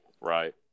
Right